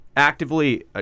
Actively